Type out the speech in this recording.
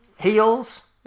heels